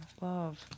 Love